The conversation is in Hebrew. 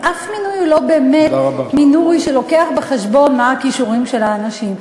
אף מינוי לא באמת מביא בחשבון מה הכישורים של האנשים.